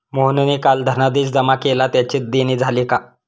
मोहनने काल धनादेश जमा केला त्याचे देणे झाले का?